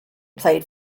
played